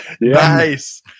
Nice